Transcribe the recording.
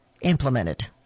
implemented